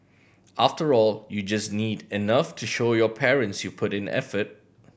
after all you just need enough to show your parents you put in effort